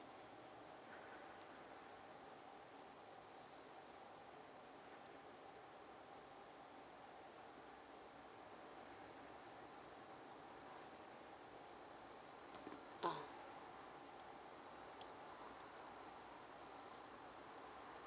uh